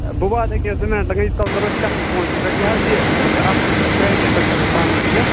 بہٕ واتہٕ ییٚکیٛاہ حظ زٕ مِنَٹ لَگن ییٖتِس کالس کَرو أسۍ کَتھٕے فونسٕے پٮ۪ٹھ یہِ حظ یہِ کہِ اَکھ چھُ سُہ بیٹرٛی پٮ۪ٹھ گَژھان پانَے بِہِتھ